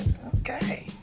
ok.